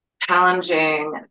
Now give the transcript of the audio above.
challenging